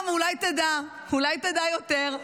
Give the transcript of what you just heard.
גם, אולי תדע, אולי תדע יותר.